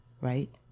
right